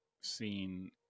seen